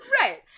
right